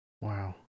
Wow